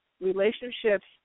relationships